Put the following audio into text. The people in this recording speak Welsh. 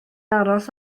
aros